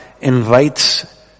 invites